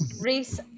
Reese